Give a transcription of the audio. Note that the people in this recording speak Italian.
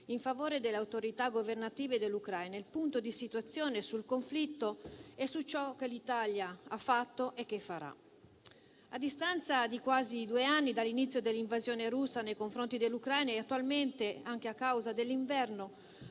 in favore delle autorità governative dell'Ucraina, il punto di situazione sul conflitto e su ciò che l'Italia ha fatto e che farà. A distanza di quasi due anni dall'inizio dell'invasione russa nei confronti dell'Ucraina, attualmente anche a causa dell'inverno,